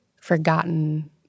forgotten